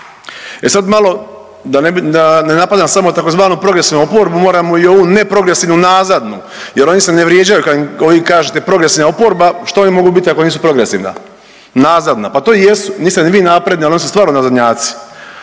E sad malo da ne napadam samo tzv. progresivnu oporbu moramo i ovu neprogresivnu nazadnu jer oni se ne vrijeđaju kad ovim kažete progresivna oporba, što oni mogu biti ako nisu progresivna, nazadna, pa to i jesu, niste ni vi napredni, ali oni su stvarno nazadnjaci.